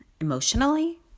emotionally